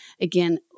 again